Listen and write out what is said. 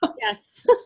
Yes